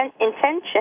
intention